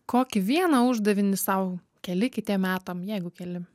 kokį vieną uždavinį sau keli kitiem metam jeigu keli